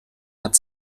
hat